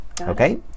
Okay